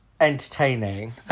Entertaining